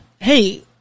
hey